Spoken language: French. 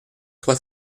trois